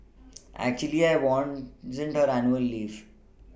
actually I want annual leave